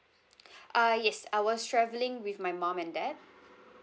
uh yes I was travelling with my mum and dad